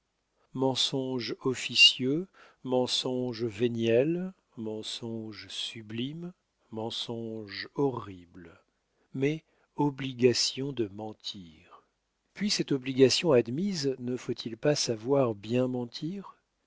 mensonge officieux mensonge véniel mensonge sublime mensonge horrible mais obligation de mentir puis cette obligation admise ne faut-il pas savoir bien mentir